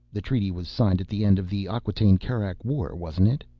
the treaty was signed at the end of the acquataine-kerak war, wasn't it?